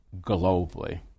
globally